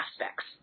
aspects